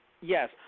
Yes